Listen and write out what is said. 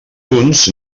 uns